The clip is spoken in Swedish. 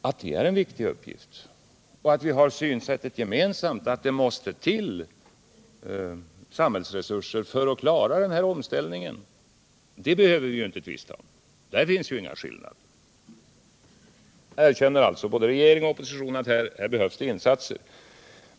Att det är en viktig uppgift och att det måste till samhällsresurser för att klara denna omställning behöver vi inte tvista om. Det synsättet har vi gemensamt — där finns inga skillnader. Både regeringen och oppositionen erkänner alltså att det här behövs insatser.